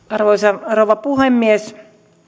arvoisa rouva puhemies